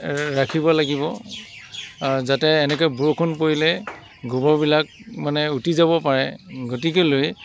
ৰাখিব লাগিব যাতে এনেকৈ বৰষুণ পৰিলে গোবৰবিলাক মানে উটি যাব পাৰে গতিকেলৈ